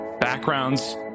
backgrounds